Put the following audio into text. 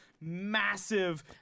massive